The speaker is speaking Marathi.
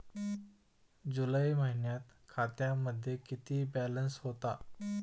जुलै महिन्यात खात्यामध्ये किती बॅलन्स होता?